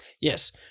Yes